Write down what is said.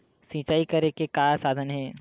सिंचाई करे के का साधन हे?